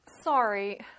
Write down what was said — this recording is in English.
Sorry